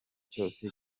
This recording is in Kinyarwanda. cyose